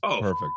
perfect